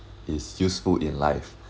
is useful in life